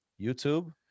YouTube